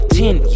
ten